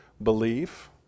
Belief